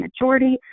majority